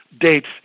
dates